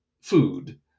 food